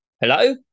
Hello